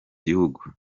gihugu